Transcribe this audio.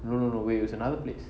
no no no wait it's another place